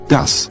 Das